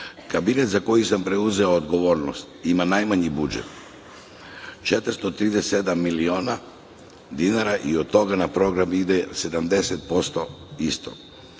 Kabinet za koji sam preuzeo odgovornost ima najmanji budžet – 437 miliona dinara i od toga na program ide 70% istog.